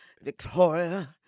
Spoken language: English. Victoria